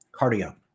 cardio